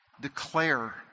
declare